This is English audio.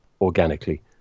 organically